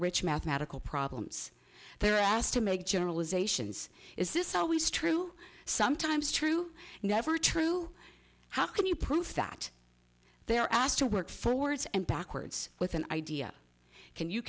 rich mathematical problems they're asked to make generalizations is this always true sometimes true and never true how can you prove that they are asked to work for words and backwards with an idea can you